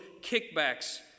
kickbacks